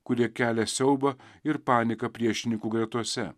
kurie kelia siaubą ir paniką priešininkų gretose